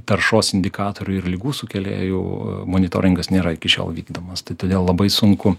taršos indikatorių ir ligų sukėlėjų monitoringas nėra iki šiol vykdomas tai todėl labai sunku